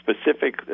specific